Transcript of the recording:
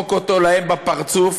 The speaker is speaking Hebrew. תזרוק אותו להם בפרצוף,